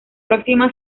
próxima